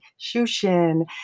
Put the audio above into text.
Shushin